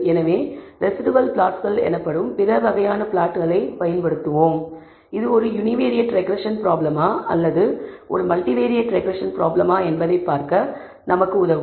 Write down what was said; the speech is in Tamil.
எனவே ரெஸிடுவல் பிளாட்ஸ்கள் எனப்படும் பிற வகையான பிளாட்ஸ்களைப் பயன்படுத்துவோம் இது ஒரு யுனிவேரியேட் ரெக்ரெஸ்ஸன் ப்ராப்ளமா அல்லது ஒரு மல்டிவேரியேட் ரெக்ரெஸ்ஸன் ப்ராப்ளமா என்பதை பார்க்க நமக்கு உதவும்